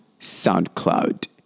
SoundCloud